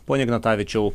pone ignatavičiau